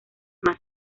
más